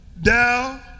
down